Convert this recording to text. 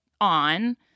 on